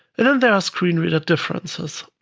and then there are screen reader differences.